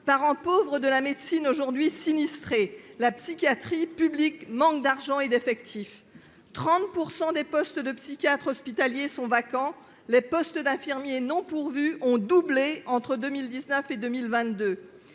Parent pauvre de la médecine, aujourd'hui sinistrée, la psychiatrie publique manque d'argent et d'effectifs : 30 % des postes de psychiatres hospitaliers sont vacants et le nombre de postes d'infirmiers non pourvus a doublé entre 2019 et 2022.